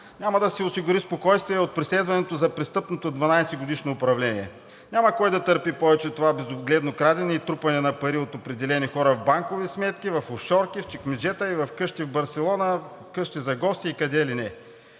няма да си осигури спокойствие от преследването за престъпното 12-годишно управление. Няма кой да търпи повече това безогледно крадене и трупане на пари от определени хора в банкови сметки, в офшорки, в чекмеджета, в къщи в Барселона, в къщи за гости и къде ли не.